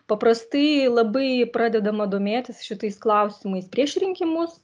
paprastai labai pradedama domėtis šitais klausimais prieš rinkimus